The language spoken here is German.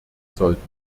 sollten